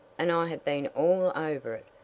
and i have been all over it,